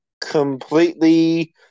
completely